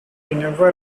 never